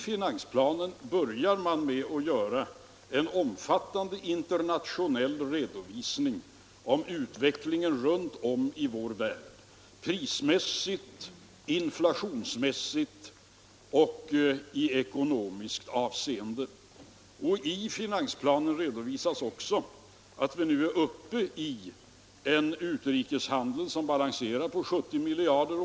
Finansplanen börjar med en omfattande internationell redovisning av utvecklingen runt om i vår värld, prismässigt, inflationsmässigt och i ekonomiskt avseende. I finansplanen redovisas också att vi nu är uppe i en utrikeshandel, som balanserar på 70 miljarder kr.